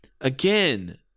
again